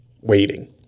waiting